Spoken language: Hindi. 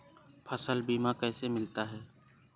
फसल बीमा कैसे मिलता है?